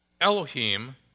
Elohim